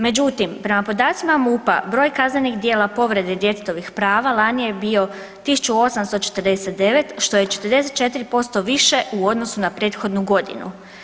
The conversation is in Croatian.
Međutim, prema podacima MUP-a broj kaznenih djela povrede djetetovih prava lani je bio 1849 što je 44% više u odnosu na prethodnu godinu.